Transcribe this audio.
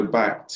back